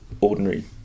ordinary